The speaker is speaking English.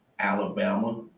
Alabama